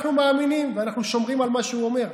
אנחנו מאמינים ואנחנו שומרים על מה שהוא אומר.